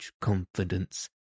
confidence